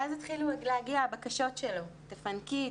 "ואז התחילו להגיע הבקשות שלו: תפנקי,